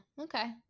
Okay